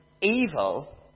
evil